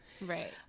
right